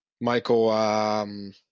Michael –